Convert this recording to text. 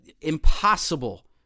impossible